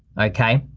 okay.